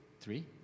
Three